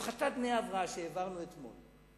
הפחתת דמי הבראה שהעברנו אתמול,